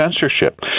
censorship